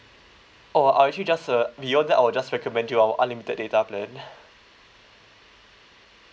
oh I actually just uh beyond that I'll just recommend you our unlimited data plan